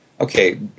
okay